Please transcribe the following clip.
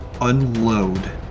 unload